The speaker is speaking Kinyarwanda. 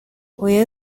oya